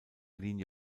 linie